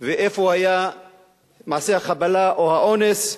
ואיפה היה מעשה החבלה או האונס,